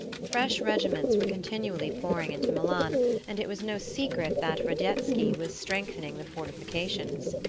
fresh regiments were continually pouring into milan and it was no secret that radetsky was strengthening the fortifications.